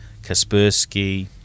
Kaspersky